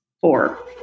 four